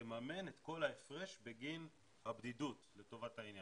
תממן את כל ההפרש בגין הבדידות לטובת העניין.